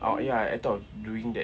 uh ya I thought of doing that